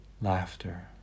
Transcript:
laughter